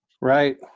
Right